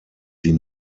sie